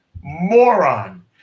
moron